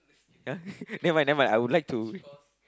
!huh! never mind never mind I would like to